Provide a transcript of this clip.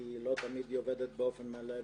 כי לא תמיד היא עובדת באופן מלא,